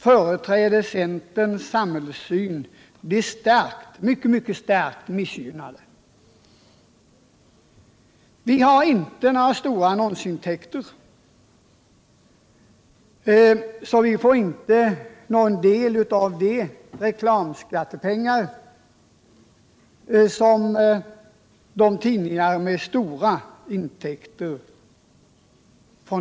Vi har inte några stora an Tisdagen den nonsintäkter i dessa tidningar, och vi får därför inte del av reklamskat 13 december 1977 tepengarna på det sätt som är fallet med tidningar med stora sådana intäkter.